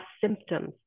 symptoms